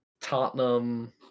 Tottenham